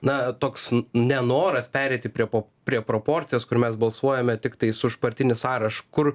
na toks nenoras pereiti prie po prie proporcijos kur mes balsuojame tiktais už partinį sąrašą kur